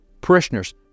parishioners